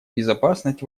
безопасность